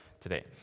today